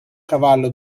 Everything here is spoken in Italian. cavallo